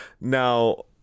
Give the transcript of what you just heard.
Now